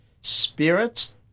Spirits